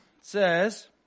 says